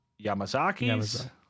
Yamazakis